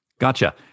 Gotcha